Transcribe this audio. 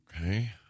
Okay